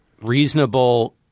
reasonable